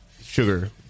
sugar